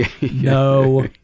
no